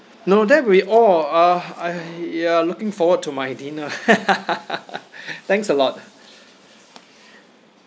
no that'll be all uh I uh looking forward to my dinner thanks a lot